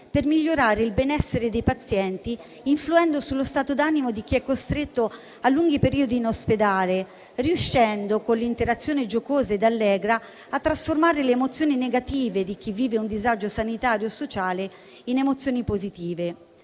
per migliorare il benessere dei pazienti, influendo sullo stato d'animo di chi è costretto a lunghi periodi in ospedale, riuscendo, con l'interazione giocosa e allegra, a trasformare le emozioni negative di chi vive un disagio sanitario o sociale in emozioni positive.